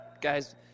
guys